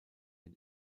den